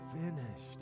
finished